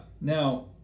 Now